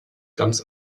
ganz